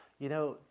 you know,